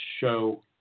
show